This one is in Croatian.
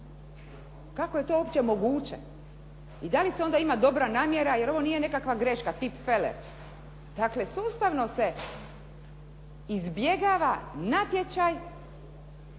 Kako je to uopće moguće? I da li se onda ima dobra namjera, jer ovo nije nekakva greška, tipfeler. Dakle, sustavno se izbjegava natječaj